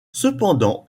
cependant